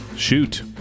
shoot